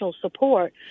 support